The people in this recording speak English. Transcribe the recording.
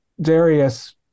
Darius